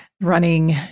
Running